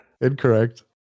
Incorrect